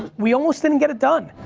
we almost didn't get it done.